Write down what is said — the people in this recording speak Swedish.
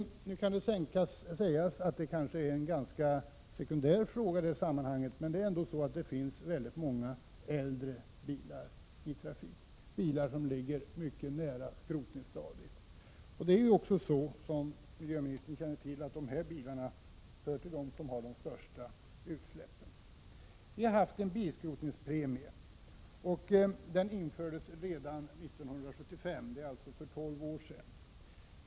Det kan tyckas att det är en ganska sekundär fråga i sammanhanget, men det finns många äldre bilar i trafiken som ligger mycket nära skrotningsstadiet. Som miljöministern känner till har dessa bilar de största utsläppen. Bilskrotningspremien infördes redan 1975, alltså för tolv år sedan.